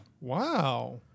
Wow